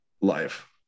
life